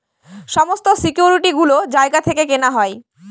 সমস্ত সিকিউরিটি গুলো জায়গা থেকে কেনা হয়